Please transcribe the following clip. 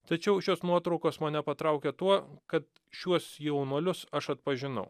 tačiau šios nuotraukos mane patraukė tuo kad šiuos jaunuolius aš atpažinau